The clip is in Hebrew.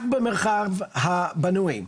רק במרחב הבנוי.